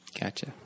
Gotcha